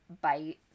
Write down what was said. bite